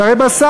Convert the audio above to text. זה הרי בסל.